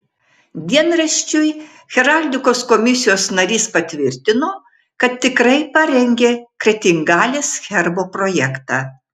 dienraščiui heraldikos komisijos narys patvirtino kad tikrai parengė kretingalės herbo projektą